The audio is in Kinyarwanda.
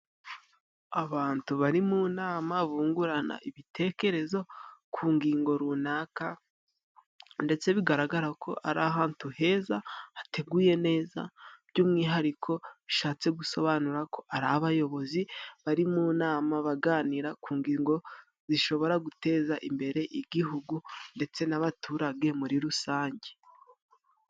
Abantu bari mu nama bungurana ibitekerezo ku ngingo runaka, ndetse bigaragara ko ari ahantu heza hateguye neza, by'umwihariko bishatse gusobanura ko ari abayobozi bari mu nama, baganira ku ngingo zishobora guteza imbere igihugu ndetse n'abaturage muri rusange.